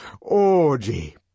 Orgy